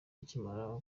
akimara